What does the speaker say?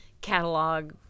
catalog